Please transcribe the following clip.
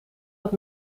het